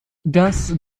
das